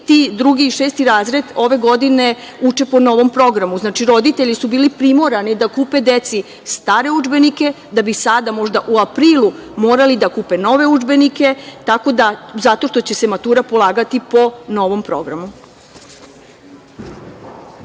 drugi i šesti razred ove godine uče po novom programu. Znači, roditelji su bili primorani da kupe deci stare udžbenike, da bi sada možda u aprilu morali da kupe nove udžbenike, tako da, zato što će se matura polagati po novom programu.